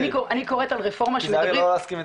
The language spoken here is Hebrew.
כי אני קוראת על רפורמה --- סליחה,